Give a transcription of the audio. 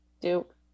Duke